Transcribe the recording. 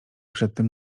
przedtem